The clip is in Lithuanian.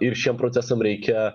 ir šiem procesams reikia